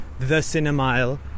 thecinemile